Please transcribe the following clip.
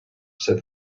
said